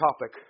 topic